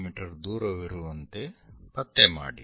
me ದೂರವಿರುವಂತೆ ಪತ್ತೆ ಮಾಡಿ